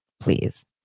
please